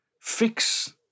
fix